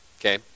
okay